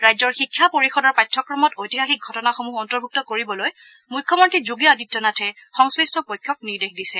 ৰাজ্যৰ শিক্ষা পৰিষদৰ পাঠ্যক্ৰমত ঐতিহাসিক ঘটনাসমূহ অন্তৰ্ভূক্ত কৰিবলৈ মুখ্যমন্ত্ৰী যোগী আদিত্যনাথে সংশ্লিষ্ট পক্ষক নিৰ্দেশ দিছে